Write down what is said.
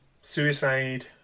suicide